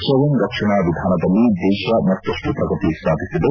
ಸ್ವಯಂ ರಕ್ಷಣಾ ವಿಧಾನದಲ್ಲಿ ದೇಶ ಮತ್ತಷ್ಟು ಪ್ರಗತಿ ಸಾಧಿಸಿದೆ